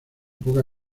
poca